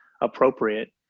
appropriate